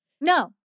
No